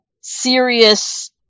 serious